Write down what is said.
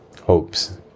hopes